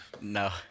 No